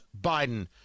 Biden